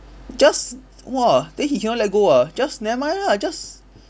just !whoa! then he cannot let go ah just never mind lah just